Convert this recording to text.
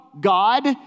God